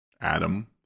Adam